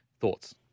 Thoughts